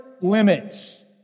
limits